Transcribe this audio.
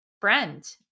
friend